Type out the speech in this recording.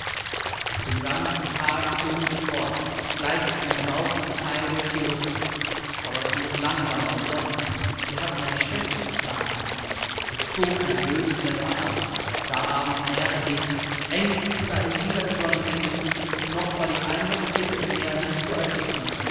den ganzen tag flogen sie fort gleich einem sausenden pfeil durch die luft aber es ging doch langsamer als sonst sie hatten ja die schwester zu tragen es zog ein böses wetter auf der abend näherte sich ängstlich sah elisa die sonne sinken und noch war die einsame klippe im meer nicht zu erblicken